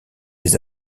des